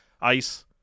ice